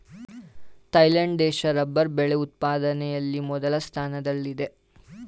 Thailand ದೇಶ rubber ಬೆಳೆ ಉತ್ಪಾದನೆಯಲ್ಲಿ ಮೊದಲ ಸ್ಥಾನದಲ್ಲಿದೆ